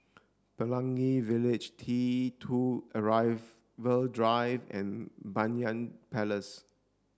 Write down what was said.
Pelangi Village T two Arrival Drive and Banyan Place